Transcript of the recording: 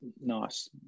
Nice